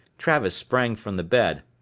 travis sprang from the bed.